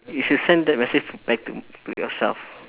you should send that message back to to yourself